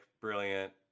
brilliant